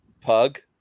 Pug